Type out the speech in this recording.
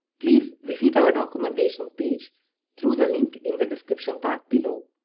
please visit our documentation page through the link in the description part below.